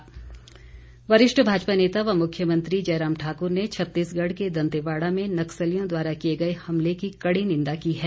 मुख्यमंत्री वरिष्ठ भाजपा नेता व मुख्यमंत्री जयराम ठाकुर ने छत्तीसगढ़ के दंतेवाड़ा में नक्सलियों द्वारा किए गए हमले की कड़ी निंदा की है